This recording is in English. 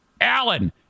alan